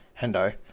Hendo